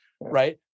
right